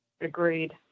Agreed